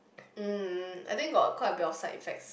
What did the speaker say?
um I think got quite a bit of side effects